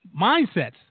Mindsets